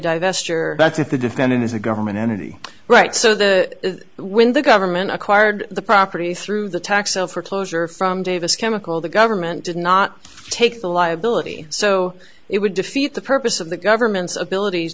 the defendant is a government entity right so that when the government acquired the property through the tax sell for closure from davis chemical the government did not take the liability so it would defeat the purpose of the government's abilities